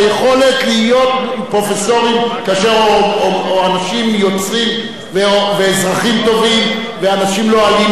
להיות פרופסורים או אנשים יוצרים ואזרחים טובים ואנשים לא אלימים וכו'.